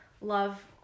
love